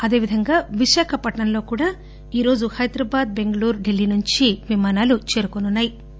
అదేవిధంగా విశాఖపట్నంలో కూడా ఈరోజు హైద్రాబాద్ బెంగుళూరు ఢిల్లీ నుంచి విమానాలు చేరుకోనున్నా యి